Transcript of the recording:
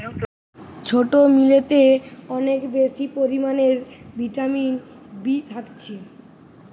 ছোট্ট মিলেতে অনেক বেশি পরিমাণে ভিটামিন বি থাকছে